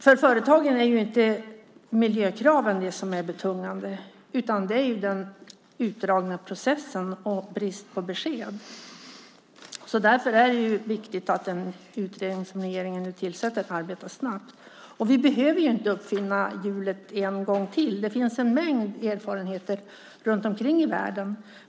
För företagen är det ju inte miljökraven som är betungande, utan det är den utdragna processen och brist på besked. Därför är det viktigt att den utredning som regeringen nu tillsätter arbetar snabbt. Vi behöver ju inte uppfinna hjulet en gång till. Det finns en mängd erfarenhet runt omkring i världen.